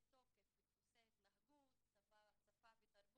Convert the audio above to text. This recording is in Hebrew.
בצורה רצינית את ההצעה להקמת ועדה מייעצת